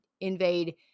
invade